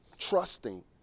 trusting